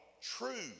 True